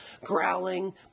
growling